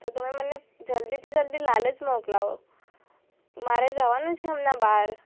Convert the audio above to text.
તો તમે મને જલ્દીથી જલ્દી લાલ જ મોકલાવો મારે જવાનું છે હમણાં બહાર